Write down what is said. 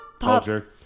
culture